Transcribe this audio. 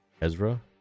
Ezra